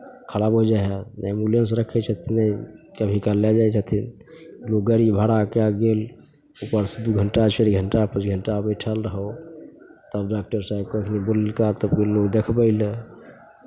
खराब होइ जाइ हइ नहि एम्बुलेंस रखै छथिन नहि कभी काल लए जाइ छथिन लोक गाड़ी भाड़ा कए कऽ गेल ऊपरसँ दू घण्टा चारि घण्टा पाँच घण्टा बैठल रहौ तब डॉक्टर साहेब कखनहु बुलेताह तऽ गेलहुँ देखबय लए